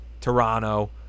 Toronto